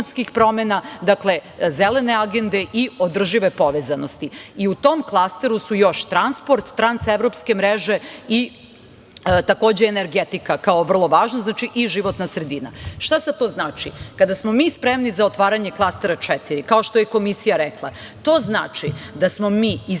promena, dakle, Zelene agende i održive povezanosti. U tom klasteru su još transport, transevropske mreže i, takođe, energetika, kao vrlo važna, i životna sredina. Šta sada to znači? Kada smo mi spremni za otvaranje klastera četiri, kao što je Komisija rekla, to znači da smo mi iz sva